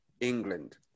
England